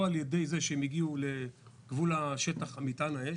או על ידי זה שהן הגיעו לגבול שטח האש,